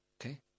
Okay